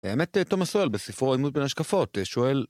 באמת, תומס סואל בספרו 'אימות בין השקפות' שואל...